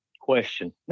question